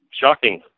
shocking